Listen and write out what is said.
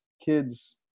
kid's